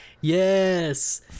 Yes